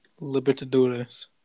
Libertadores